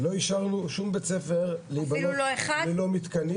לא אישרנו לשום בית-ספר להיבנות ללא מתקנים.